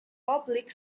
public